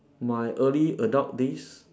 my early adult days